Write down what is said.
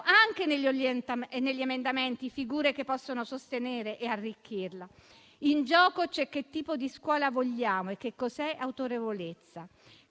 negli emendamenti, le figure che possono sostenerla e arricchirla. In gioco c'è che tipo di scuola vogliamo e che cos'è l'autorevolezza,